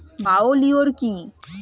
Bio লিওর কি?